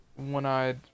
One-eyed